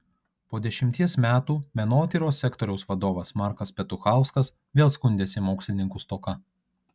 po dešimties metų menotyros sektoriaus vadovas markas petuchauskas vėl skundėsi mokslininkų stoka